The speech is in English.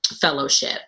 fellowship